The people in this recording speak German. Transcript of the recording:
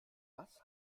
was